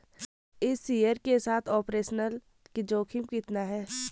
इस शेयर के साथ ऑपरेशनल जोखिम कितना है?